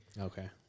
Okay